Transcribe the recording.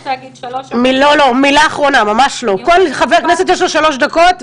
מילה אחרונה, לכל חבר כנסת יש שלוש דקות.